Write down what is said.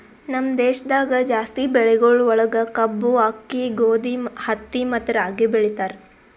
ನಮ್ ದೇಶದಾಗ್ ಜಾಸ್ತಿ ಬೆಳಿಗೊಳ್ ಒಳಗ್ ಕಬ್ಬು, ಆಕ್ಕಿ, ಗೋದಿ, ಹತ್ತಿ ಮತ್ತ ರಾಗಿ ಬೆಳಿತಾರ್